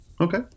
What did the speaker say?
Okay